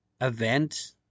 event